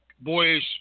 boys